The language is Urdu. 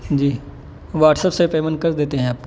جی واٹسایپس سے پیمنٹ کر دیتے ہیں آپ کا